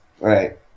Right